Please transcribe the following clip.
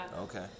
Okay